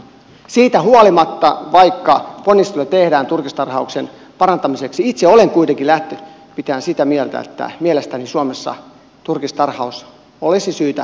siitä huolimatta että ponnisteluja tehdään turkistarhauksen parantamiseksi itse olen kuitenkin sitä mieltä että mielestäni suomessa turkistarhaus olisi syytä kokonaan lopettaa